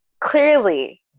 clearly